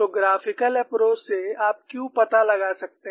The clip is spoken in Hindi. तो ग्राफिकल एप्रोच से आप Q पता लगा सकते हैं